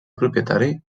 propietari